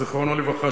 זיכרונו לברכה,